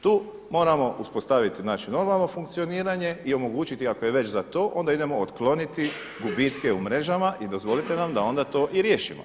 Tu moramo uspostaviti normalno funkcioniranje i omogućiti ako je već za to onda idemo otkloniti gubitke u mrežama i dozvolite nam da onda to i riješimo.